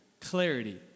clarity